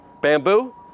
Bamboo